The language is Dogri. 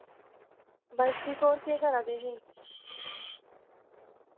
बस ठीक और केह् करा दे हे